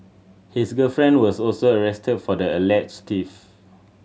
his girlfriend was also arrested for the alleged theft